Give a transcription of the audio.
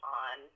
on